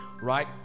Right